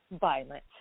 violent